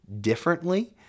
differently